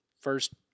first